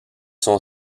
sont